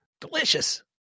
delicious